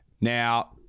now